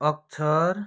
अक्षर